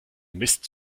mist